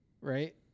right